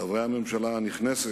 חברי הממשלה הנכנסת,